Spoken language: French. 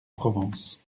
provence